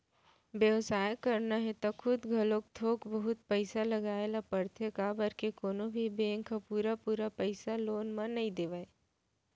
बेवसाय करना हे त खुद घलोक थोक बहुत पइसा लगाए ल परथे काबर के कोनो भी बेंक ह पुरा पुरा पइसा लोन म नइ देवय